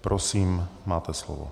Prosím, máte slovo.